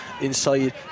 inside